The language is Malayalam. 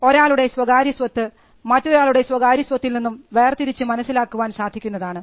അതായത് ഒരാളുടെ സ്വകാര്യസ്വത്ത് മറ്റൊരാളുടെ സ്വകാര്യ സ്വത്തിൽ നിന്നും വേർതിരിച്ച് മനസ്സിലാക്കുവാൻ സാധിക്കുന്നതാണ്